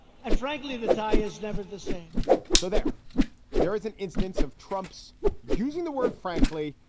and frankly, the tie is never the same so there there is an instance of trump's using the word, frankly,